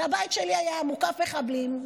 הבית שלי היה מוקף מחבלים,